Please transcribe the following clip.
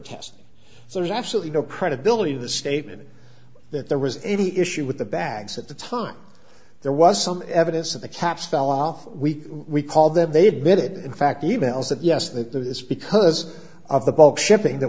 tests so there's absolutely no credibility to the statement that there was any issue with the bags at the time there was some evidence that the caps fell off we we call them they admitted in fact evils that yes that there is because of the bulk shipping that